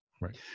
right